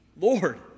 Lord